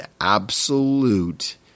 absolute